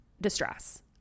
distress